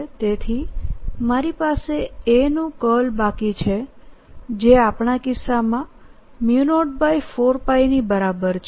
તેથી મારી પાસે A નું કર્લ બાકી છે જે આપણા કિસ્સામાં 04π ની બરાબર છે